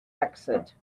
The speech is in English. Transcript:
exit